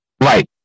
Right